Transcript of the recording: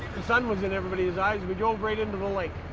sun was in everybody's eyes. we drove right into the light.